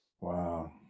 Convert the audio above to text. Wow